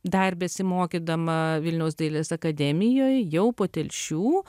dar besimokydama vilniaus dailės akademijoj jau po telšių